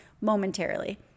momentarily